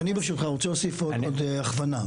ברשותך, אני רוצה להוסיף עוד הכוונה.